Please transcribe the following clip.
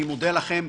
אני מודה לכם.